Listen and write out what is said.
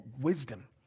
wisdom